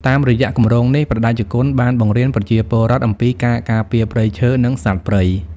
តាមរយៈគម្រោងនេះ ព្រះតេជគុណបានបង្រៀនប្រជាពលរដ្ឋអំពីការការពារព្រៃឈើ និងសត្វព្រៃ។